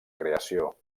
creació